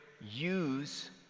use